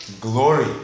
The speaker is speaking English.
glory